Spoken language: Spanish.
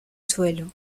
suelo